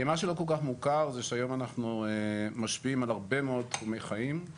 מה שלא כל כך מוכר זה שהיום אנחנו משפיעים על הרבה מאוד תחומי חיים.